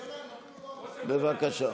בבקשה.